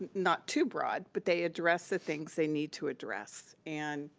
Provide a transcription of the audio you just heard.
not too broad, but they address the things they need to address. and